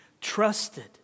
trusted